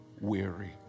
weary